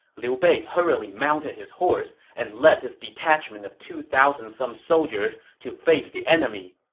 liu bei hurriedly mounted his horse and led his detachment of two thousand some soldiers to face the enemy.